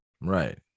right